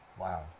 Wow